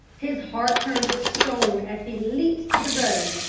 his heart turned to stone as he leapt to the road.